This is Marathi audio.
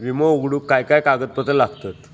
विमो उघडूक काय काय कागदपत्र लागतत?